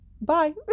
bye